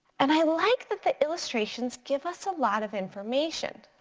and i like that the illustrations give us a lot of information.